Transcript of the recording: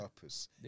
purpose